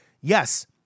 Yes